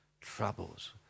troubles